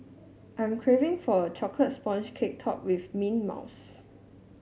I am craving for a chocolate sponge cake topped with mint mousse